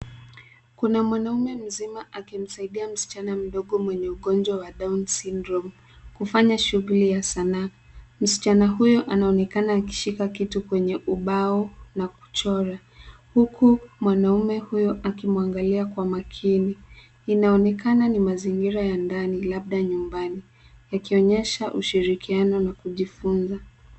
Kuna mwanamume mzima akimsaidia msichan mdogo mwenye ugonjwa wa downs syndrome kufanya shughuli ya sanaa. Msichana huyo anaonekana akishika kitu kwenye ubao na kuchora huku mwanamume huyo akimwangalia kwa makini. Inaonekana ni mazingira ya ndani, labda nyumbani yakionyesha ushirikiano na kujifunza.